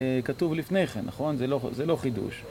כתוב לפני כן, נכון? זה לא חידוש.